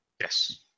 Yes